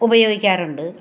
ഉപയോഗിക്കാറുണ്ട്